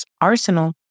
arsenal